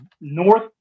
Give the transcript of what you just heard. North